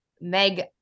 meg